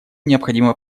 необходимо